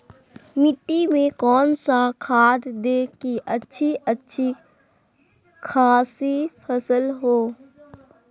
मिट्टी में कौन सा खाद दे की अच्छी अच्छी खासी फसल हो?